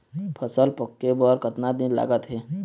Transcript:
फसल पक्के बर कतना दिन लागत हे?